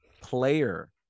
player